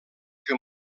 que